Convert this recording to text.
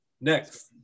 next